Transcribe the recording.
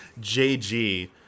JG